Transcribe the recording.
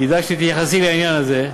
כדאי שתתייחסי לעניין הזה.